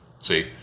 See